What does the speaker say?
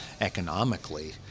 economically